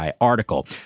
article